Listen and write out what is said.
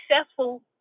successful